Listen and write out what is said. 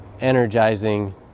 energizing